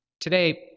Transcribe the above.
Today